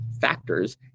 factors